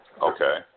Okay